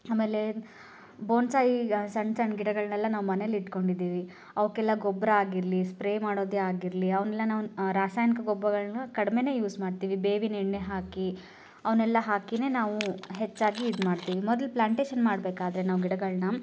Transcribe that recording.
ಆಮೇಲೆ ಬೋನ್ಸಾಯಿ ಸಣ್ಣ ಸಣ್ಣ ಗಿಡಗಳನ್ನೆಲ್ಲ ನಾವು ಮನೇಲಿ ಇಟ್ಕೊಂಡಿದ್ದೀವಿ ಅವಕ್ಕೆಲ್ಲ ಗೊಬ್ಬರ ಆಗಿರಲಿ ಸ್ಪ್ರೇ ಮಾಡೋದೇ ಆಗಿರಲಿ ಅವನ್ನೆಲ್ಲ ನಾವು ರಾಸಾಯನಿಕ ಗೊಬ್ಬರಗಳ್ನ ಕಡ್ಮೇನೆ ಯೂಸ್ ಮಾಡ್ತೀವಿ ಬೇವಿನ ಎಣ್ಣೆ ಹಾಕಿ ಅವನ್ನೆಲ್ಲ ಹಾಕಿಯೇ ನಾವು ಹೆಚ್ಚಾಗಿ ಇದು ಮಾಡ್ತೀವಿ ಮೊದ್ಲ ಪ್ಲಾಂಟೇಷನ್ ಮಾಡಬೇಕಾದ್ರೆ ನಾವು ಗಿಡಗಳನ್ನ